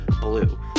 BLUE